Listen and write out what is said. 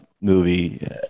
movie